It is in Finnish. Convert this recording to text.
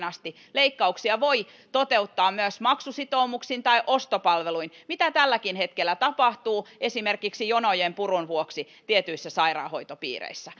asti leikkauksia voi toteuttaa myös maksusitoumuksin tai ostopalveluin mitä tälläkin hetkellä tapahtuu esimerkiksi jonojen purun vuoksi tietyissä sairaanhoitopiireissä